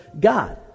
God